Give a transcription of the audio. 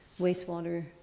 wastewater